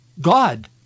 God